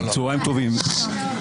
השר לוין,